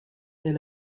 est